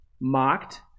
mocked